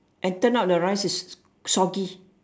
and turn out the rice is soggy